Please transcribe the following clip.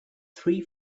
three